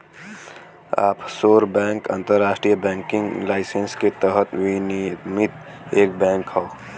offshore bank अंतरराष्ट्रीय banking licence के तहत विनियमित एक बैंक हौ